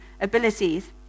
abilities